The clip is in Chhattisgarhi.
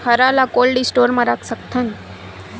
हरा ल कोल्ड स्टोर म रख सकथन?